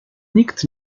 nikt